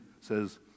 says